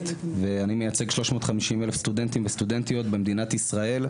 ואני מייצג 350,000 סטודנטים וסטודנטיות במדינת ישראל,